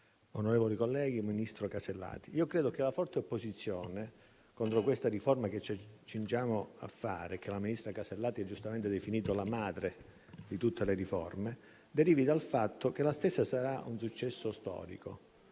onorevoli colleghi, ministro Casellati, credo che la forte opposizione a questa riforma che ci accingiamo a fare e che la ministra Alberti Casellati ha giustamente definito la madre di tutte le riforme, derivi dal fatto che la stessa sarà un successo storico,